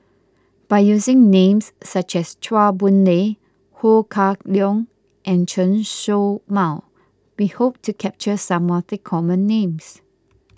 by using names such as Chua Boon Lay Ho Kah Leong and Chen Show Mao we hope to capture some of the common names